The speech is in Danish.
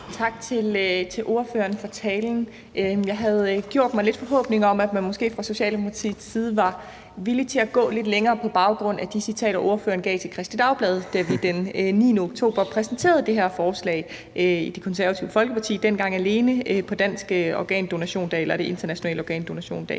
Tak til ordføreren for talen. Jeg havde gjort mig lidt forhåbninger om, at man måske fra Socialdemokratiets side var villig til at gå lidt længere på baggrund af de citater, ordføreren gav til Kristeligt Dagblad, da vi den 9. oktober præsenterede det her forslag i Det Konservative Folkeparti, altså på den internationale organdonationsdag.